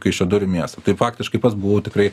kaišiadorių miestą tai faktiškai pats buvau tikrai